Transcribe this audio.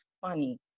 funny